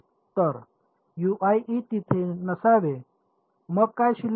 तर तिथे नसावे मग काय शिल्लक आहे